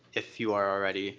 if you are already